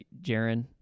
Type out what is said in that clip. Jaron